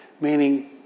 Meaning